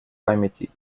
памяти